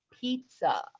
pizza